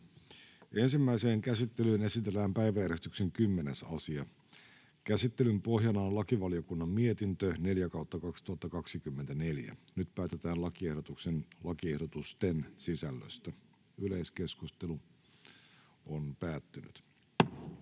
Ensimmäiseen käsittelyyn esitellään päiväjärjestyksen 12. asia. Käsittelyn pohjana on talousvaliokunnan mietintö TaVM 9/2024 vp. Nyt päätetään lakiehdotusten sisällöstä. — Yleiskeskustelu, edustaja